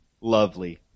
lovely